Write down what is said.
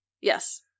Yes